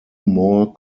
more